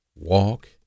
Walk